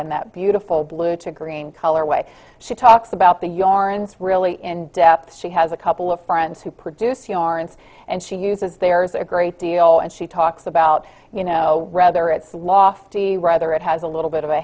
and that beautiful blue to green color way she talks about the yarns really in depth she has a couple of friends who produce you know aren't and she uses there's a great deal and she talks about you know rather it's lofty rather it has a little bit of a